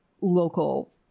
local